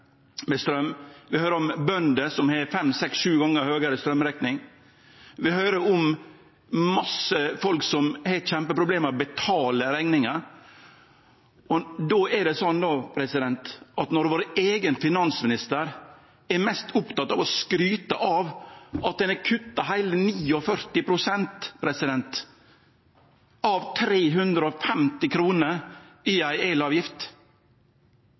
med straum. Vi høyrer om bønder som har fem, seks, sju gonger høgre straumrekning. Vi høyrer om mange folk som har kjempeproblem med å betale rekningar. Når vår eigen finansminister då er mest oppteken av å skryte av at ein kuttar heile 49 pst. av 350 kr i ei elavgift,